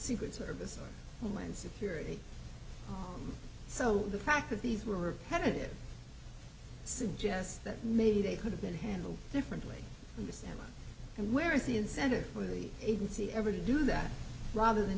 secret service homeland security so the fact that these were repetitive suggests that maybe they could have been handled differently and where is the incentive for the agency ever to do that rather than